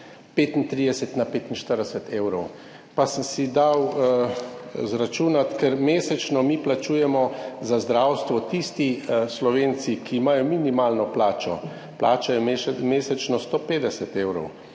35 na 45 evrov. Pa sem si dal izračunati, ker mesečno mi plačujemo za zdravstvo, tisti Slovenci, ki imajo minimalno plačo, plačajo mesečno 150 evrov,